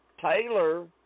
Taylor